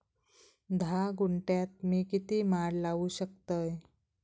धा गुंठयात मी किती माड लावू शकतय?